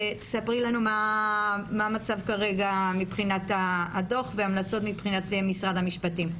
תספרי לנו מה המצב כרגע מבחינת הדו"ח וההמלצות מבחינת משרד המשפטים.